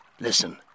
Listen